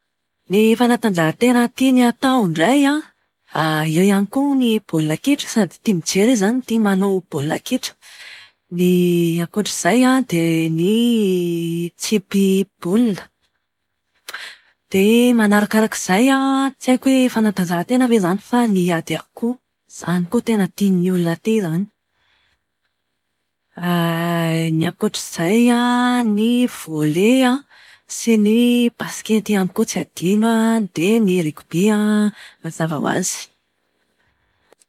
Ny fanatanjahan-tena tiany atao indray an. eo ihany koa ny baolina kitra. Sady tia mijery izy izany no tia baolina kitra. Ny ankoatr'izay an, dia ny tsipy bola. Dia manarakaraka izay an, tsy haiko hoe fanatanjahan-tena ve izany fa ny ady akoho. Izan koa tena tian'ny olona aty izany. Ny ankoatr'izay an, ny voley an, sy ny baskety ihany koa tsy adino an, dia ny ringoby an mazava ho azy.